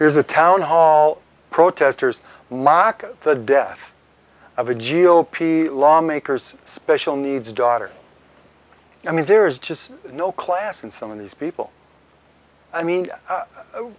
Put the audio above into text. here's a town hall protesters mock the death of a g o p lawmakers special needs daughter i mean there's just no class and some of these people i mean